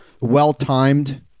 well-timed